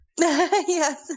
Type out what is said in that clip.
Yes